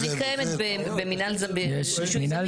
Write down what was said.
לא נגיד